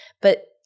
but-